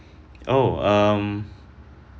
oh um